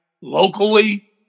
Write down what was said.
locally